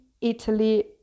Italy